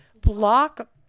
block